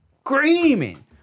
screaming